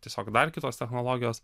tiesiog dar kitos technologijos